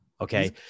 Okay